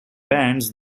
bands